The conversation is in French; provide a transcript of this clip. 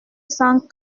cent